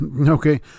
Okay